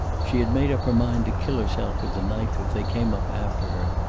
she had made up her mind to kill herself with the knife if they came up after her,